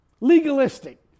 legalistic